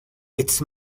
its